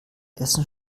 essen